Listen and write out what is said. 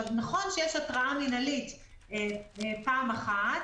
נכון שיש התרעה מינהלית פעם אחת,